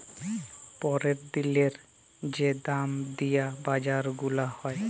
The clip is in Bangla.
প্যরের দিলের যে দাম দিয়া বাজার গুলা হ্যয়